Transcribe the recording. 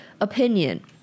opinion